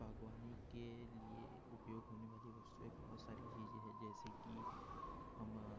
बाग़वानी के लिए उपयोग होने वाली वस्तुएँ बहुत सारी चीज़ें हैं जैसे कि हम